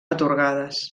atorgades